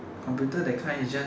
computer that kind is just